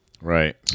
Right